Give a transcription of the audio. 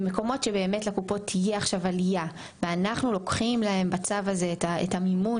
במקומות שלקופות באמת תהיה עלייה ואנחנו בצו הזה לוקחים להן את המימון